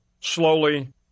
Slowly